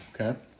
Okay